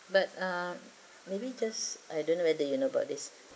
but uh maybe just I don't know whether you know about this